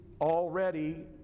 already